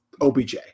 OBJ